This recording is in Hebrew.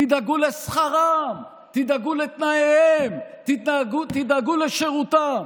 תדאגו לשכרם, תדאגו לתנאיהם, תדאגו לשירותם.